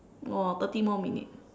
!wah! thirty more minutes